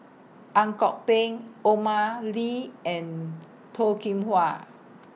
Ang Kok Peng Omar Lee and Toh Kim Hwa